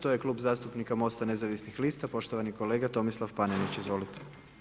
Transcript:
To je prvi Klub zastupnika MOST-a nezavisnih lista, poštovani kolega Tomislav Panenić, izvolite.